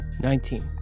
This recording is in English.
Nineteen